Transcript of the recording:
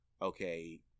okay